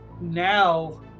now